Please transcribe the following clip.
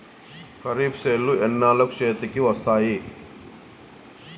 ఖరీఫ్ చేలు ఎన్నాళ్ళకు చేతికి వస్తాయి?